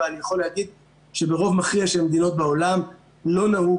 ואני יכול להגיד שברוב המכריע של המדינות בעולם לא נהוג